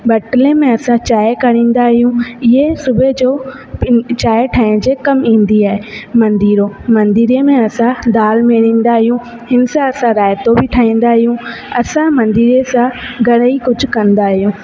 बटले में असां चांहि काड़ींदा आहियूं इए सुबुह जो चांहि ठाहिण जे कम ईंदी आहे मंदिरो मंदिरे में असां दालि मीरिंदा आहियूं इन सां असां राइतो बि ठाहींदा आहियूं असां मंदिरे सां घणेई कुझु कंदा आहियूं